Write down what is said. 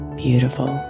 beautiful